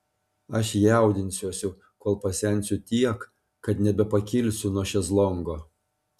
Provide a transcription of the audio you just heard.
aš jaudinsiuosi kol pasensiu tiek kad nebepakilsiu nuo šezlongo